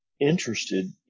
interested